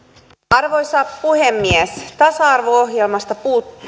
arvoisa puhemies tasa arvo ohjelmasta